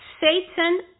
Satan